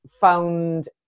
found